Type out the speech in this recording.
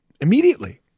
immediately